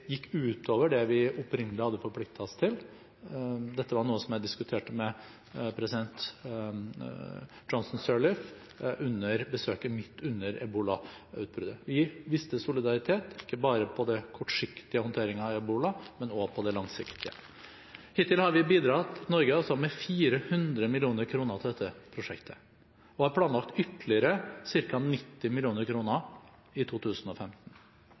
gikk utover det vi opprinnelig hadde forpliktet oss til. Dette var noe som jeg diskuterte med president Johnson Sirleaf under besøket mitt under ebolautbruddet. Vi viste solidaritet, ikke bare med tanke på den kortsiktige håndteringen av ebola, men også den langsiktige. Hittil har Norge bidratt med 400 mill. kr til dette prosjektet og har planlagt å bidra med ytterligere ca. 90 mill. kr i 2015.